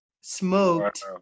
smoked